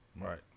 Right